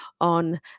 on